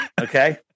Okay